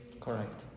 Correct